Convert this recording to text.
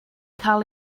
cael